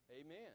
amen